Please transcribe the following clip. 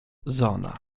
zona